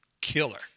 killer